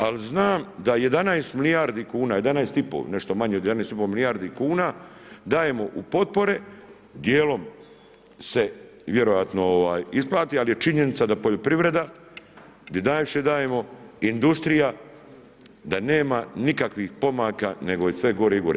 Ali, znam da 11 milijardi kuna, 11,5 nešto manje od 11,5 milijardi kuna dajemo u potpore, dijelom se vjerojatno isplati, ali je činjenica da poljoprivreda gdje najviše dajemo i industrija, da nema nikakvih pomaka, nego je sve gore i gore.